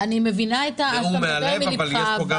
אני מבינה שאתה מדבר מדם ליבך.